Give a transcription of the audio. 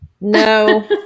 No